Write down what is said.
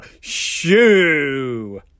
Shoo